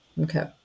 Okay